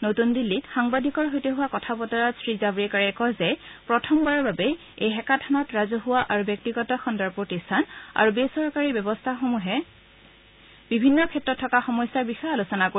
নতুন দিল্লীত সাংবাদিকৰ সৈতে হোৱা কথা বতৰাত শ্ৰীজাভাড়েকাৰে কয় যে প্ৰথমবাৰৰ বাবে এই হাকাথনত ৰাজহুৱা আৰু ব্যক্তিগত খণ্ডৰ প্ৰতিষ্ঠান আৰু বেচৰকাৰী ব্যৱস্থাসমূহে বিভিন্ন ক্ষেত্ৰত থকা সমস্যাৰ বিষয়ে আলোচনা কৰিব